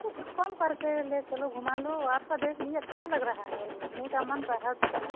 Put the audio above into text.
अरे कुछ कम करके ले चलो घुमा लो आपका देश भी अच्छा लग रहा है घूमने का मन करत रहा है